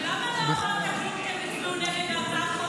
ולמה לא אמרת כלום כשהם הצביעו נגד הצעת חוק